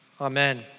Amen